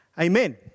Amen